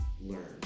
learn